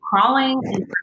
crawling